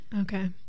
okay